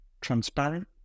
transparent